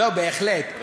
לא, בהחלט.